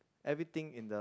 everything in the